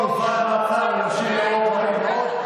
חלופת מאסר לנשים הרות ואימהות).